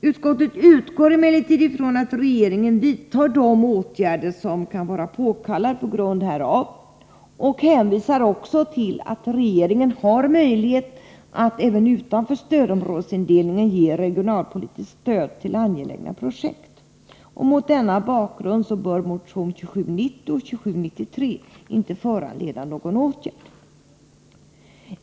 Utskottet utgår emellertid ifrån att regeringen vidtar de åtgärder som kan vara påkallade på grund härav och hänvisar också till att regeringen har möjlighet att även utanför Mot denna bakgrund bör motionerna 2790 och 2793 inte föranleda någon åtgärd.